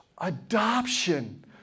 adoption